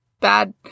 bad